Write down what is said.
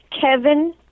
Kevin